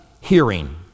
hearing